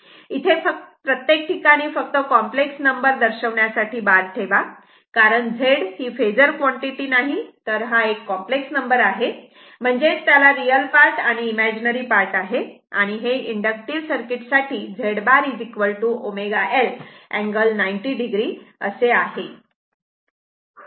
इथे प्रत्येक ठिकाणी फक्त कॉम्प्लेक्स नंबर दर्शवण्यासाठी बार ठेवा कारण Z ही फेजर क्वांटिटी नाही तर हा एक कॉम्प्लेक्स नंबर आहे म्हणजेच त्याला रियल पार्ट आणि इमेजनरी पार्ट आहे तर हे इन्डक्टिव्ह सर्किट साठी Z bar ω L angle 90 o असे आहे